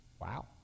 Wow